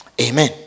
Amen